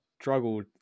struggled